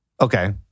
Okay